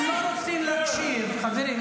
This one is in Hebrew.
הם לא רוצים להקשיב, חברים.